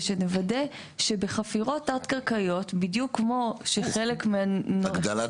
ושנוודא בחפירות תת-קרקעיות --- הגדלת